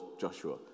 Joshua